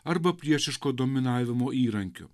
arba priešiško dominavimo įrankiu